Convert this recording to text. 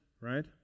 right